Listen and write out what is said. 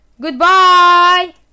Goodbye